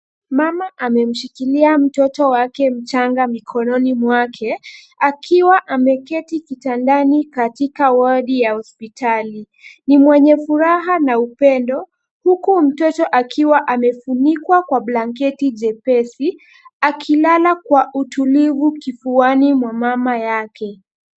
Mama amemshikilia mtoto wake mchanga mikononi mwake akiwa ameketi kitandani katika wadi ya hosipitali. Ni mwenye furaha na upendo huku mtoto akiwa amefunikwa kwa blanketi jepesi, akilala kwa utulivu kifuani mwa mama yake.